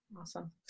Awesome